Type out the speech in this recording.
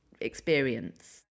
experience